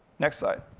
next slide.